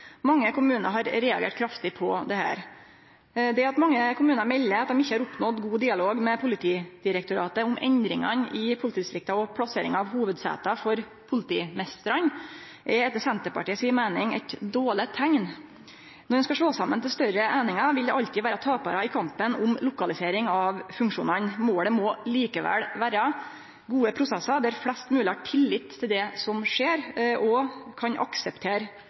Mange kommunar har reagert kraftig på dette. Det at mange kommunar melder at dei ikkje har oppnådd god dialog med Politidirektoratet om endringane i politidistrikta og plasseringa av hovudsete for politimeistrane, er etter Senterpartiets meining eit dårleg teikn. Når ein skal slå saman til større einingar, vil det alltid vere taparar i kampen om lokalisering av funksjonane. Målet må likevel vere gode prosessar der flest mogleg har tillit til det som skjer, og kan akseptere